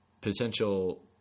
potential